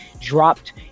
dropped